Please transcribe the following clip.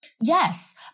Yes